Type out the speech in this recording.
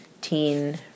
teen